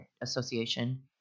Association